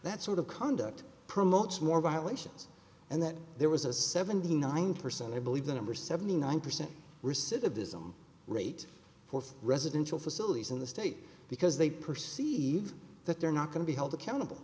that sort of conduct promotes more violations and that there was a seventy nine percent i believe the number seventy nine percent recidivism rate for residential facilities in the state because they perceive that they're not going to be held accountable